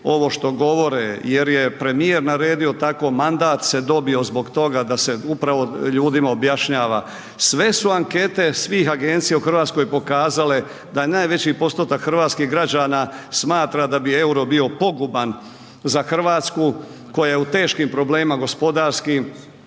ovo što govore jer je premijer naredio tako, mandat se dobije zbog toga da se upravo ljudima objašnjava, sve su ankete svih agencija u RH pokazale da najveći postotak hrvatskih građana smatra da bi EUR-o bio poguban za RH koja je u teškim problemima gospodarskim,